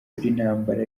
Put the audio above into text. intambara